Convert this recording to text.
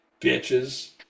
bitches